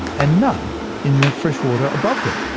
and none in the fresh water above them.